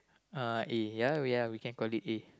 uh A ya ya we can call it A